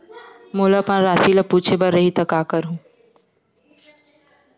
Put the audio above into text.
मोला अपन राशि ल पूछे बर रही त का करहूं?